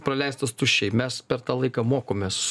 praleistas tuščiai mes per tą laiką mokomės